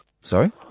Sorry